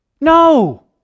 No